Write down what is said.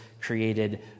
created